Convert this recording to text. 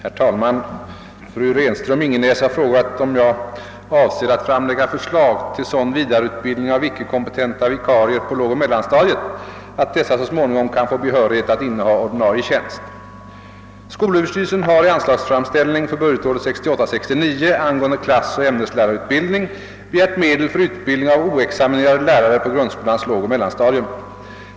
Herr talman! Fru Renström-Ingenäs har frågat om jag avser att framlägga förslag till sådan vidareutbildning av icke kompetenta vikarier på lågoch mellanstadiet att dessa så småningom kan få behörighet att inneha ordinarie tjänst. Skolöverstyrelsen har i anslagsframställning för budgetåret 1968/69 angående klassoch ämneslärarutbildning begärt medel för utbildning av oexaminerade lärare på grundskolans lågoch mellanstadium.